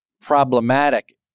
problematic